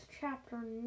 chapter